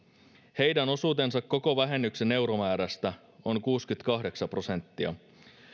heidän osuutensa koko vähennyksen euromäärästä on kuusikymmentäkahdeksan prosenttia